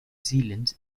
zealand